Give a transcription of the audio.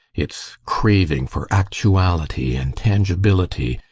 its craving for actuality and tangibility,